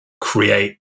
create